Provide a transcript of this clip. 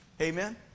Amen